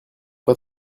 pas